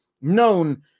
known